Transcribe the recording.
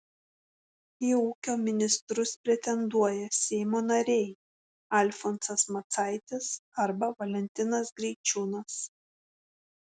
į ūkio ministrus pretenduoja seimo nariai alfonsas macaitis arba valentinas greičiūnas